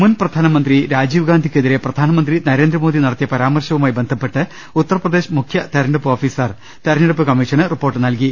മുൻ പ്രധാനമന്ത്രി രാജീവ്ഗാന്ധിക്കെതിരെ പ്രധാനമന്ത്രി നരേന്ദ്രമോദി നടത്തിയ പരാമർശവുമായി ബന്ധപ്പെട്ട് ഉത്തർപ്രദേശ് മുഖ്യ തെരഞ്ഞെടുപ്പ് ഓഫീ സർ തെരഞ്ഞെടുപ്പ് കമ്മീഷന് റിപ്പോർട്ട് നൽകി